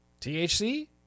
THC